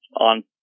on